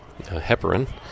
heparin